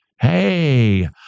Hey